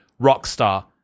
Rockstar